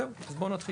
זהו, אז בואו נתחיל.